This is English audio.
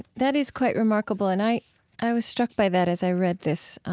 that is quite remarkable, and i i was struck by that as i read this.